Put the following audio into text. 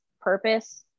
purpose